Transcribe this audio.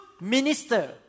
minister